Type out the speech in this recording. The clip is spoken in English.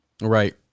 Right